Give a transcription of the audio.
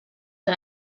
que